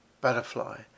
butterfly